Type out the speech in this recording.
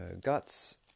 guts